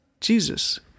Jesus